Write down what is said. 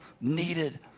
needed